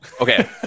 Okay